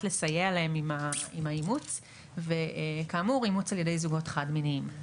לסייע להם עם האימוץ; וכאמור אימוץ על ידי זוגות חד-מיניים.